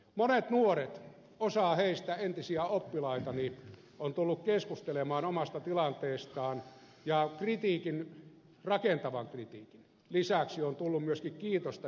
monet nuoret osa heistä entisiä oppilaitani ovat tulleet keskustelemaan omasta tilanteestaan ja kritiikin rakentavan kritiikin lisäksi on tullut myöskin kiitosta jo nyt tehdyistä toimista